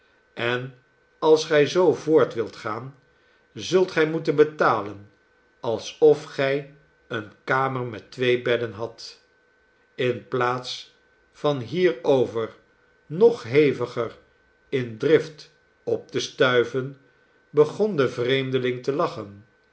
en als gij zoo voort wilt gaan zult gij moeten betalen alsof gij eene kamer met twee bedden hadt in plaats van hierover nog heviger in drift op te stuiven begon de vreemdeling telachen